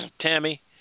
Tammy